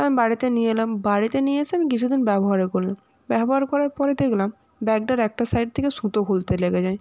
তো আমি বাড়িতে নিয়ে এলাম বাড়িতে নিয়ে আসে কিছু দিন ব্যবহারও করলাম ব্যবহার করার পরে দেখলাম ব্যাগটার একটা সাইড থেকে সুতো খুলতে লেগে যায়